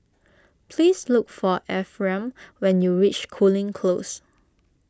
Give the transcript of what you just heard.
please look for Ephriam when you reach Cooling Close